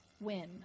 win